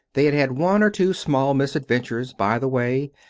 they had had one or two small misadven tures by the way,